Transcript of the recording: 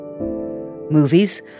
Movies